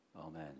Amen